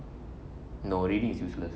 no reading is useless